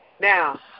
Now